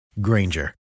Granger